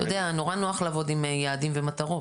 אתה יודע, נורא נוח לעבוד עם יעדים ומטרות.